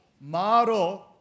model